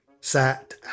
sat